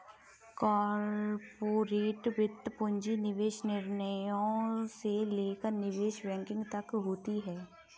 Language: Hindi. कॉर्पोरेट वित्त पूंजी निवेश निर्णयों से लेकर निवेश बैंकिंग तक होती हैं